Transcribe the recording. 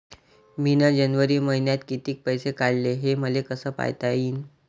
मिन जनवरी मईन्यात कितीक पैसे काढले, हे मले कस पायता येईन?